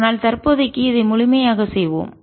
ஆனால் தற்போதைக்கு இதை முழுமையாக செய்வோம்